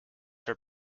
her